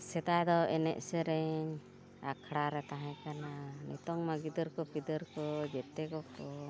ᱥᱮᱫᱟᱭ ᱫᱚ ᱮᱱᱮᱡ ᱥᱮᱨᱮᱧ ᱟᱠᱷᱲᱟ ᱨᱮ ᱛᱟᱦᱮᱸ ᱠᱟᱱᱟ ᱱᱤᱛᱳᱜᱼᱢᱟ ᱜᱤᱫᱟᱹᱨ ᱠᱚ ᱯᱤᱫᱟᱹᱨ ᱠᱚ ᱡᱮᱛᱮ ᱜᱮᱠᱚ